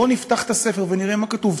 בואו נפתח את הספר ונראה מה כתוב.